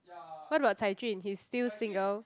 what about Cai-Jun he's still single